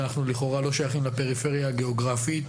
ואנחנו לכאורה לא שייכים לפריפריה הגיאוגרפית,